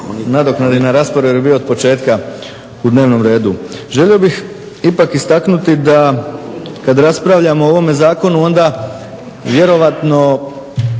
nadoknadi na rasporedu jer je bio od početka u dnevnom redu. Želio bih ipak istaknuti da, kad raspravljamo o ovome zakonu, onda vjerovatno